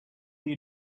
you